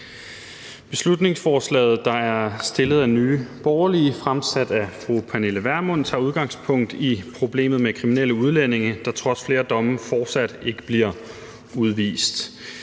Beslutningsforslaget, der er fremsat af Nye Borgerlige, fremsat af fru Pernille Vermund, tager udgangspunkt i problemet med kriminelle udlændinge, der trods flere domme fortsat ikke bliver udvist.